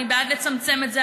אני בעד לצמצם את זה.